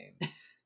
games